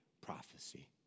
prophecy